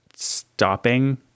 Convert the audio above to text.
stopping